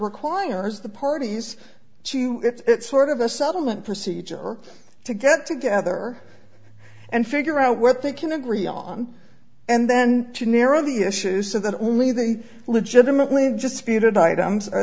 requires the parties to it's sort of a settlement procedure to get together and figure out what they can agree on and then to narrow the issue so that only they legitimately just speeded items